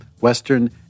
Western